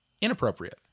inappropriate